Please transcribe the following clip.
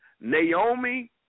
Naomi